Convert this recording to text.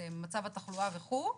מצב התחלואה וכו',